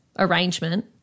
arrangement